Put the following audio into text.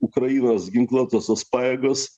ukrainos ginkluotosios pajėgos